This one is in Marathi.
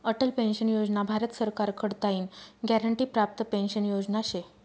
अटल पेंशन योजना भारत सरकार कडताईन ग्यारंटी प्राप्त पेंशन योजना शे